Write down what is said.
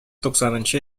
туксанынчы